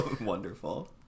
Wonderful